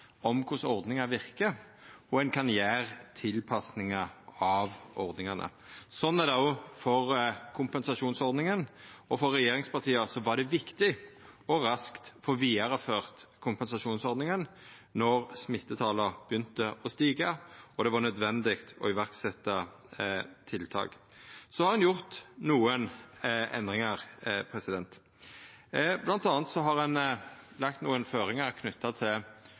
om korleis ordningane verkar, og ein kan gjera tilpassingar av dei. Sånn er det òg for kompensasjonsordninga. For regjeringspartia var det viktig å raskt få vidareført kompensasjonsordninga då smittetala begynte å stiga og det var nødvendig å setja i verk tiltak. Så har ein gjort nokre endringar. Blant anna har ein lagt nokre føringar knytte til